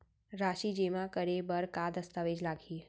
राशि जेमा करे बर का दस्तावेज लागही?